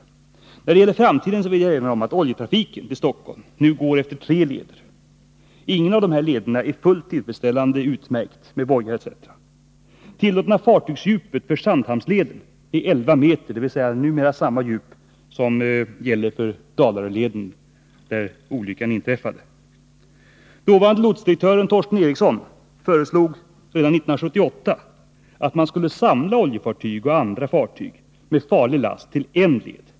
Beträffande framtiden vill jag erinra om att oljetrafiken till Stockholm nu går efter tre leder. Ingen av dessa leder är fullt tillfredsställande utmärkt med bojar etc. Det tillåtna fartygsdjupet för Sandhamnsleden är 11 m, dvs. numera samma djup som gäller för Dalaröleden, där olyckan inträffade. Dåvarande lotsdirektören Torsten Ericsson föreslog redan 1978 att man skulle samla oljefartyg och andra fartyg med farlig last till en led.